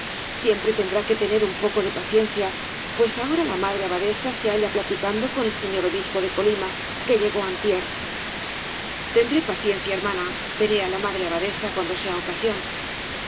siempre tendrá que tener un poco de paciencia pues ahora la madre abadesa se halla platicando con el señor obispo de colima que llegó antier tendré paciencia hermana veré á la madre abadesa cuando sea ocasión